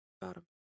bottom